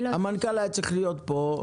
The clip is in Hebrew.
המנכ"ל היה צריך להיות פה.